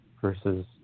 versus